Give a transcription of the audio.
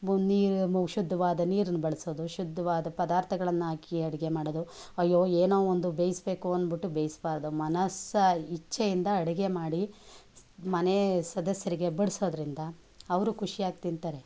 ಮುನ್ ನೀರು ಶುದ್ಧವಾದ ನೀರನ್ನು ಬಳಸೋದು ಶುದ್ಧವಾದ ಪದಾರ್ಥಗಳನ್ನು ಹಾಕಿ ಅಡುಗೆ ಮಾಡೋದು ಅಯ್ಯೋ ಏನೋ ಒಂದು ಬೇಯಿಸಬೇಕು ಅನ್ಬುಟ್ಟು ಬೇಯಿಸಬಾರ್ದು ಮನಸ್ಸು ಇಚ್ಛೆಯಿಂದ ಅಡುಗೆ ಮಾಡಿ ಮನೆಯ ಸದಸ್ಯರಿಗೆ ಬಡಿಸೋದ್ರಿಂದ ಅವರು ಖುಷಿಯಾಗಿ ತಿಂತಾರೆ